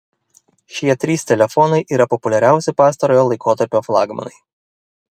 šie trys telefonai yra populiariausi pastarojo laikotarpio flagmanai